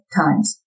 times